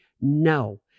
no